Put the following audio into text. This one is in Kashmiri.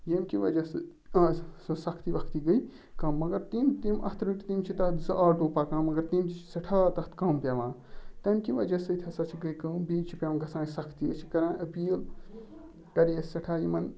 ییٚمہِ کہِ وجہ سۭتۍ آز سۄ سختی وَختی گٔے کَم مگر تِم تِم اَتھ رٔٹۍ تِم چھِ تَتھ زٕ آٹوٗ پَکان مگر تِم چھِ سٮ۪ٹھاہ تَتھ کَم پیٚوان تَمہِ کہِ وجہ سۭتۍ ہَسا چھِ گٔے کٲم بیٚیہِ چھِ پیٚوان گژھان اَسہِ سختی أسۍ چھِ کَران أپیٖل کَرے أسۍ سٮ۪ٹھاہ یِمَن